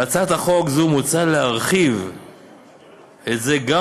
בהצעת החוק הזאת מוצע להרחיב את זה גם